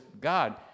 God